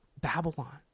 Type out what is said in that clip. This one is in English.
Babylon